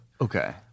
Okay